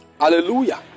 Hallelujah